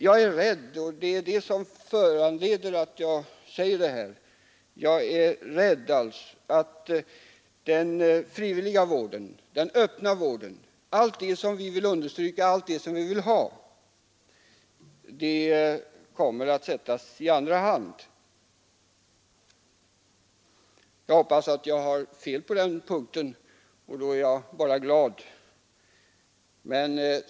Jag är rädd — och det är anledningen till att jag säger detta — att den frivilliga, öppna vården som vi vill ha kommer att sättas i andra hand. Jag skulle bli glad om jag har fel på den punkten.